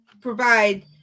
provide